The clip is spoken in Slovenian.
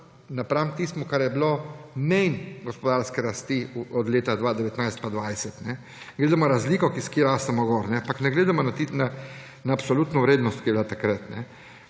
napram tistemu, kar je bilo – manjša od gospodarske rasti od leta 2019 pa 2020. Vidimo razliko, iz kje rasemo gor, ampak ne gledamo na absolutno vrednost, ki je bila takrat.